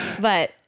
but-